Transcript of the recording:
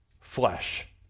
flesh